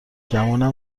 گمونم